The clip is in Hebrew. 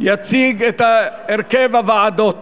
יציג את הרכב הוועדות